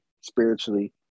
spiritually